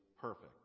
perfect